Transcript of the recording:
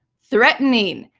threatening,